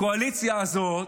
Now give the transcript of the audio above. הקואליציה הזאת